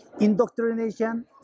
indoctrination